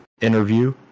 interview